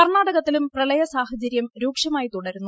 കർണാടകത്തിലും പ്രളയ സാഹചര്യം രൂക്ഷമായി തുടരുന്നു